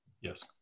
Yes